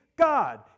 God